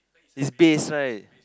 is bass right